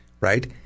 right